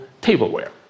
tableware